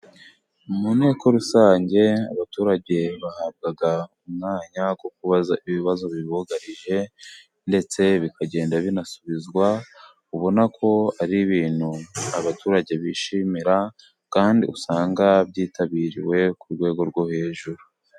Munteko rusange abaturage bahabwa umwanya wo kubaza ibibazo bibugarije, ndetse bikagenda binasubizwa, ubona ko ari ibintu abaturage bishimira kandi usanga byitabiriwe ku rwego rwo hejuru.